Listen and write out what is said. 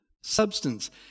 substance